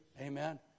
Amen